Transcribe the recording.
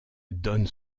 donne